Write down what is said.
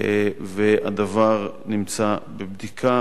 והדבר נמצא בבדיקה